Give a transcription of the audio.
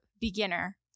beginner